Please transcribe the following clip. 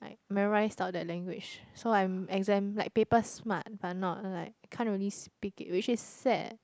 I memorise down that language so I'm exam like paper smart but not like can't really speak it which is sad